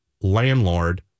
landlord